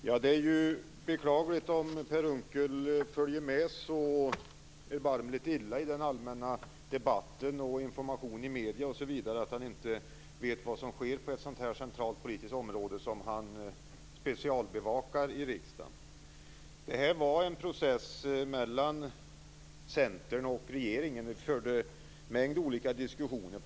Fru talman! Det är beklagligt om Per Unckel följer med så erbarmligt illa i den allmänna debatten och informationen i medierna att han inte vet vad som sker på ett sådant här centralt politiskt område, som han specialbevakar i riksdagen. Detta var en process mellan Centern och regeringen. Vi förde en mängd olika diskussioner.